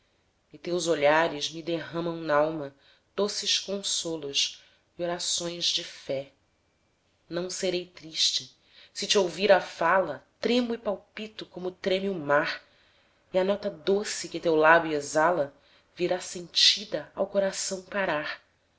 e teus olhares me derramam nalma doces consolos e orações de fé não serei triste se te ouvir a fala tremo e palpito como treme o mar e a nota doce que teu lábio exala virá sentida ao coração parar